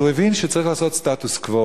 ואז הוא הבין שצריך לעשות סטטוס-קוו.